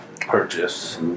purchase